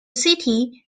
city